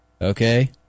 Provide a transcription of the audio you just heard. okay